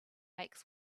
make